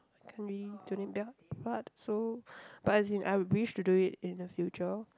I can't really donate blood so but as in I would wish to do it in the future